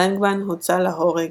לנגבן הוצא להורג,